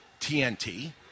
TNT